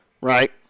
right